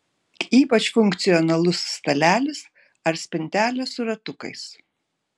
ypač funkcionalus stalelis ar spintelė su ratukais